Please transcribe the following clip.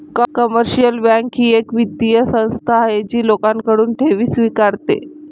commercial bank ही एक वित्तीय संस्था आहे जी लोकांकडून ठेवी स्वीकारते